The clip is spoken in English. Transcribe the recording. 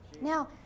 Now